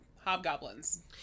hobgoblins